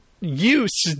use